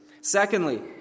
Secondly